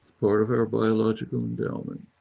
part of our biological endowment.